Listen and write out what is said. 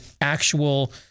actual